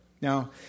Now